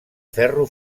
ferro